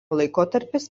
laikotarpis